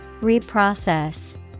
Reprocess